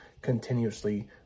continuously